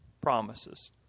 promises